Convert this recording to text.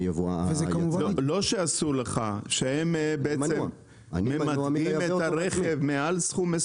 לא שאסור לך, שהם ממתגים את הרכב מעל סכום מסוים.